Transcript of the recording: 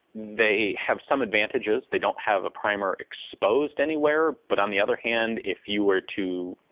they have some advantages. they don't have a primer exposed anywhere, but on the other hand if you were to,